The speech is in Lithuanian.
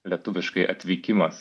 lietuviškai atvykimas